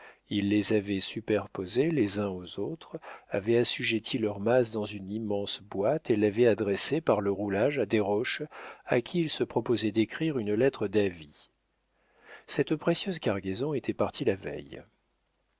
il les avait superposés les uns aux autres avait assujetti leur masse dans une immense boîte et l'avait adressée par le roulage à desroches à qui il se proposait d'écrire une lettre d'avis cette précieuse cargaison était partie la veille